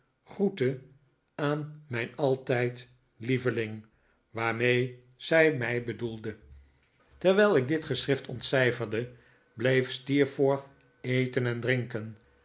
groete aan mijn altijd lieveling waarmee zij mij betloelde terwijl ik dit geschrift ontcijferde bleef steerforth eten en drinken